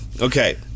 Okay